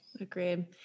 Agreed